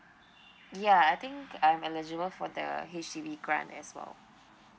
ya I think I'm eligible for that uh H_D_B grant as well